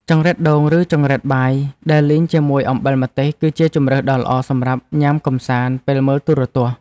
ចង្រិតដូងឬចង្រិតបាយដែលលីងជាមួយអំបិលម្ទេសគឺជាជម្រើសដ៏ល្អសម្រាប់ញ៉ាំកម្សាន្តពេលមើលទូរទស្សន៍។